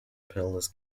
pinellas